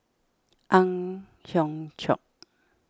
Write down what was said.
Ang Hiong Chiok